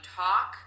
talk